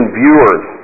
viewers